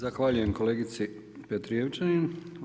Zahvaljujem kolegici Petrijevčanin.